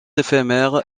éphémère